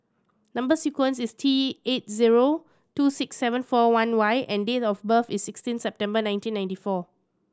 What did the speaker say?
number sequence is T eight zero two six seven four one Y and date of birth is sixteen September nineteen ninety four